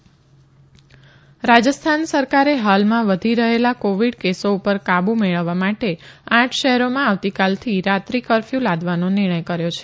રાજસ્થાન કફર્યુ મહારાષ્ર્ યાત્રી રાજસ્થાન સરકારે હાલમાં વઘી રહેલા કોવિડ કેસો પર કાબુ મેળવવા માટે આઠ શહેરોમાં આવતીકાલથી રાત્રી કફર્યુ લાદવાનો નિર્ણય કર્યો છે